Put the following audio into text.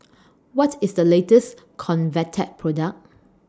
What IS The latest Convatec Product